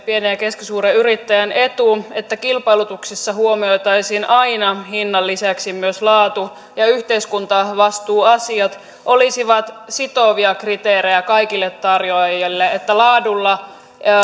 pienen ja keskisuuren yrittäjän etu että kilpailutuksessa huomioitaisiin aina hinnan lisäksi myös laatu ja että yhteiskuntavastuuasiat olisivat sitovia kriteerejä kaikille tarjoajille että